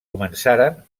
començaren